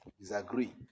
disagree